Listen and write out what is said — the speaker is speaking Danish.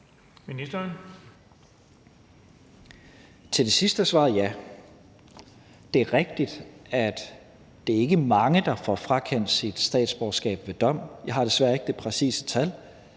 Tesfaye): Til det sidste er svaret ja. Det er rigtigt, at det ikke er mange, der får frakendt deres statsborgerskab ved dom; jeg har desværre ikke det præcise tal,